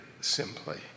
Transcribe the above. simply